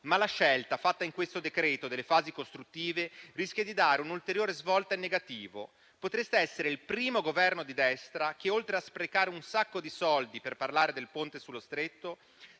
ma la scelta fatta in questo decreto delle fasi costruttive rischia di dare un'ulteriore svolta in negativo. Potreste essere il primo Governo di destra che, oltre a sprecare un sacco di soldi per parlare del Ponte sullo Stretto,